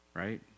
right